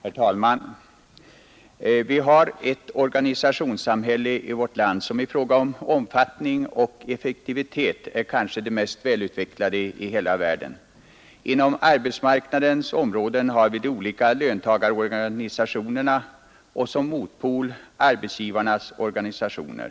Herr talman! Vi har ett organisationssamhälle i vårt land som i fråga om omfattning och effektivitet kanske är det mest välutvecklade i hela världen. Inom arbetsmarknadens områden har vi de olika löntagarorganisationerna och som motpol arbetsgivarnas organisationer.